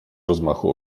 rozmachu